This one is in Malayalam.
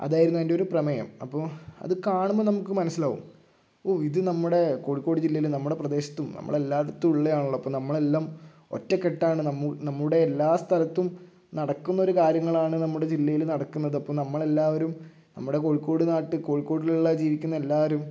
അതായിരുന്നു അതിൻ്റെ ഒരു പ്രമേയം അപ്പോൾ അത് കാണുമ്പോൾ നമുക്ക് മനസിലാകും ഓ ഇത് നമ്മുടെ കോഴിക്കോട് ജില്ലയിൽ നമ്മുടെ പ്രദേശത്തും നമ്മൾ എല്ലായിടത്തും ഉള്ളതാണല്ലോ അപ്പം നമ്മൾ എല്ലാം ഒറ്റക്കെട്ടാണ് നമ്മ് നമ്മുടെ എല്ലാ സ്ഥലത്തും നടക്കുന്ന ഒരു കാര്യങ്ങളാണ് നമ്മുടെ ജില്ലയിൽ നടക്കുന്നത് അപ്പം നമ്മൾ എല്ലാവരും നമ്മുടെ കോഴിക്കോട് നാട്ടിൽ കോഴിക്കോടിലുള്ള ജീവിക്കുന്ന എല്ലാവരും